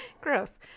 gross